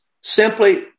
simply